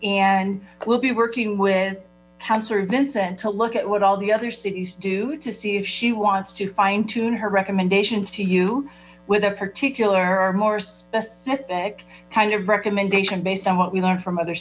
and we'll be working with councilor vincent to look at what all the other cities do to see if she wants to fine tune her recommendation to you with a particular or more specific kind of recommendation based on what we learn from other